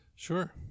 Sure